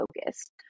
focused